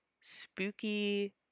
spooky